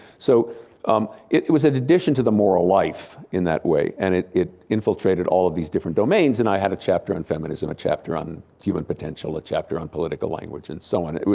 so um it it was an addition to the moral life in that way and it it infiltrated all these different domains and i had a chapter on feminism, a chapter on human potential, a chapter on political language and so on.